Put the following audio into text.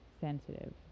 sensitive